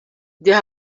there